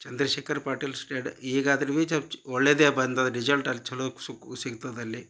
ಚಂದ್ರಶೇಖರ್ ಪಾಟಿಲ್ ಸ್ಟಡ್ ಈಗ ಅದರ್ ಒಳ್ಳೆಯದು ಬಂದದ್ದು ರಿಶಲ್ಟ್ ಅಲ್ಲಿ ಚಲೋ ಸಿಗ್ತದೆ ಅಲ್ಲಿ